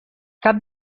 cap